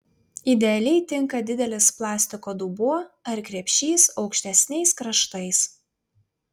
idealiai tinka didelis plastiko dubuo ar krepšys aukštesniais kraštais